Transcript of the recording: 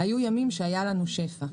היו ימים שהיה לנו שפע.